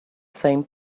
same